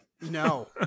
No